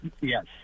Yes